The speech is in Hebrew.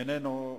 איננו.